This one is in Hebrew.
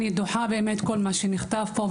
אני דוחה באמת את כל מה שנאמר ונכתב פה.